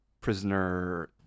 prisoner